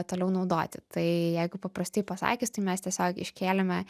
toliau naudoti tai jeigu paprastai pasakius tai mes tiesiog iškėlėme